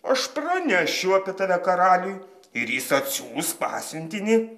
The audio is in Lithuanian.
aš pranešiu apie tave karaliui ir jis atsiųs pasiuntinį